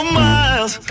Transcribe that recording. miles